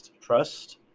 Trust